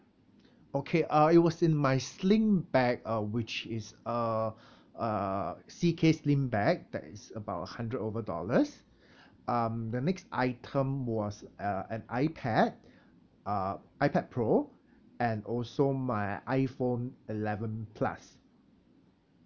okay uh it was in my sling back uh which is uh uh C_K sling bag that is about hundred over dollars um the next item was a uh an ipad uh ipad pro and also my iphone eleven plus